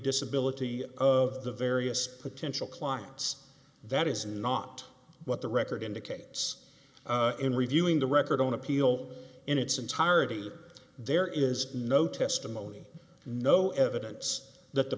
disability of the various potential clients that is not what the record indicates in reviewing the record on appeal in its entirety that there is no testimony no evidence that the